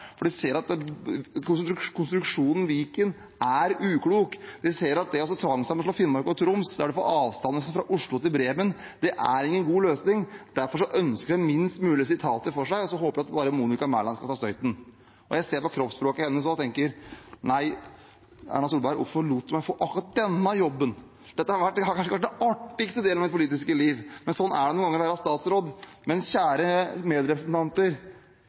for de ser at konstruksjonen Viken er uklok. De ser at det å tvangssammenslå Finnmark og Troms, der en får avstander som fra Oslo til Bremen, ikke er en god løsning. Derfor ønsker en å gi minst mulig sitater fra seg og håper bare at Monica Mæland skal ta støyten. Jeg ser på kroppsspråket hennes at hun tenker: «Nei, Erna Solberg, hvorfor lot du meg få akkurat denne jobben, dette har kanskje ikke vært den artigste delen av mitt politiske liv.» Men sånn er det noen ganger å være statsråd. Men kjære medrepresentanter: